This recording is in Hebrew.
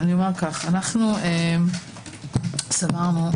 אנו סבורות